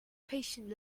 patient